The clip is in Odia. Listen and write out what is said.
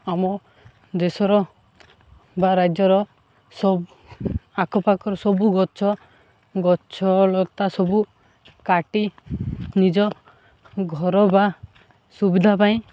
ଆମ ଦେଶର ବା ରାଜ୍ୟର ସବୁ ଆଖ ପାାଖର ସବୁ ଗଛ ଗଛ ଲତା ସବୁ କାଟି ନିଜ ଘର ବା ସୁବିଧା ପାଇଁ